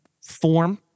form